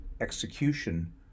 execution